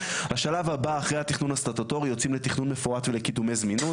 השלב הבא אחרי התכנון הסטטוטורי יוצאים לתכנון מפורט ולקידומי זמינות,